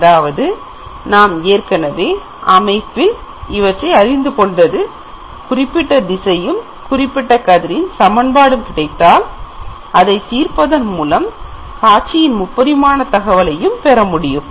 அதாவது நாம் ஏற்கனவே அமைப்பில் இவற்றை அறிந்து கொண்டது குறிப்பிட்ட திசையும் குறிப்பிட்ட கதிரின் சமன்பாடும் கிடைத்தால் அதை தீர்ப்பதன் மூலம் காட்சியின் முப்பரிமாண தகவலைப் பெறமுடியும்